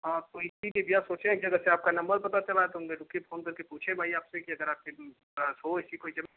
हाँ तो इसीलिए भैया सोचे एक जगह से आपका नंबर पता चला तो हम कहें रुकिए फोन करके पूछे भाई आप से कि अगर आपके पास हो ऐसी कोई ज़मीन